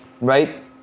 right